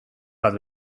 bat